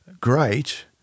great